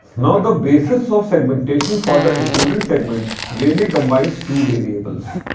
now, the bases of segmentation for the student segment really combines two variables.